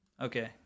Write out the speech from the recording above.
Okay